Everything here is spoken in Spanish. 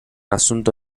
asunto